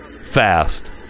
fast